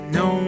no